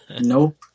Nope